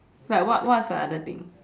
like what what's the other thing